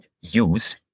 use